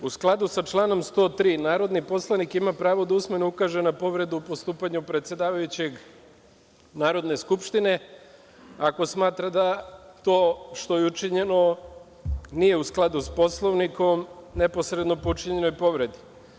U skladu sa članom 103. narodni poslanik ima pravo da usmeno ukaže na povredu u postupanju predsedavajućeg Narodne skupštine ako smatra da to što je učinjeno nije u skladu sa Poslovnikom, neposrednoj po učinjenoj povredi.